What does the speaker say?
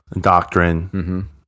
doctrine